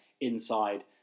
inside